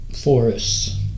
forests